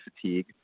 fatigue